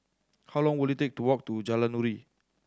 how long will it take to walk to Jalan Nuri